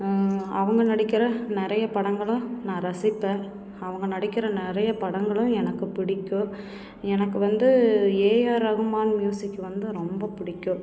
அவங்க நடிக்கிற நிறைய படங்களை நான் ரசிப்பேன் அவங்க நடிக்கிற நிறைய படங்களும் எனக்கு பிடிக்கும் எனக்கு வந்து ஏஆர் ரகுமான் ம்யூசிக் வந்து ரொம்ப பிடிக்கும்